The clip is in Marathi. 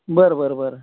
बरं बरं बरं